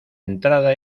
entrada